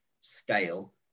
scale